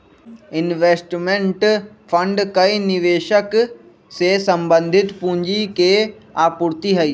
investment fund कई निवेशक से संबंधित पूंजी के आपूर्ति हई